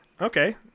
Okay